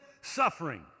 suffering